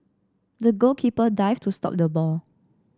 the goalkeeper dived to stop the ball